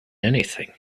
anything